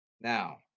Now